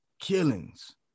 killings